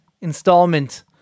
installment